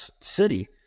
city